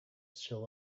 still